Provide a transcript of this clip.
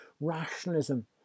rationalism